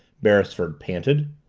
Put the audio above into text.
beresford panted.